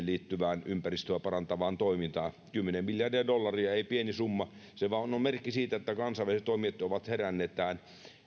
liittyvään ympäristöä parantavaan toimintaan kymmenen miljardia dollaria ei pieni summa se vaan on on merkki siitä että kansainväliset toimijat ovat heränneet tähän